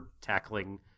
tackling